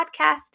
podcast